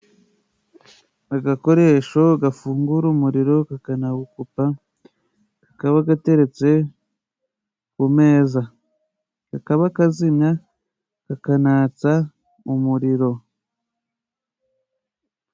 Agakoresho gafungura umuriro kakanawukupa, kakaba gateretse ku meza ,kakaba kazimya kakanatsa umuriro.